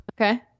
Okay